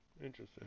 interesting